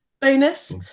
bonus